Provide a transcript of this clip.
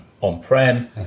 on-prem